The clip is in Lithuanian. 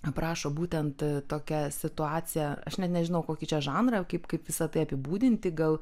aprašo būtent tokią situaciją aš net nežinau kokį čia žanrą kaip kaip visa tai apibūdinti gal